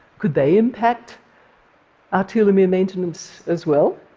could they impact our telomere maintenance as well?